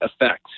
effect